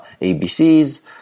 ABCs